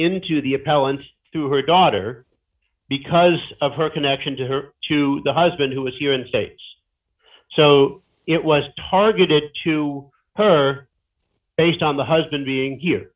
into the appellant's to her daughter because of her connection to her to the husband who was here in the states so it was targeted to her based on the husband being here